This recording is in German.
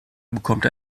bekommt